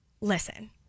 listen